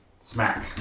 Smack